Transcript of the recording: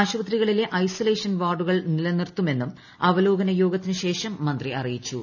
ആശുപത്രികളിലെ ഐസൊലേഷൻ വാർഡുകൾ നിലനിർത്തുമെന്നും അവലോകന യോഗത്തിനു ശേഷം മന്ത്രി അറിയിച്ചു